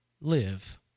live